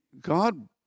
God